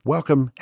Welcome